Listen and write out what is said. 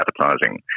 advertising